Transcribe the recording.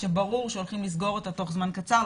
כשברור שהולכים לסגור אותה תוך זמן קצר,